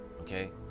okay